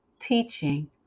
teaching